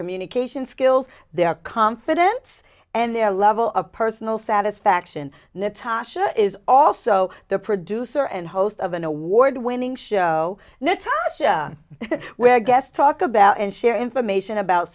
communication skills they are confident and their level of personal satisfaction natasha is also the producer and host of an award winning show and that's where guest talk about and share information about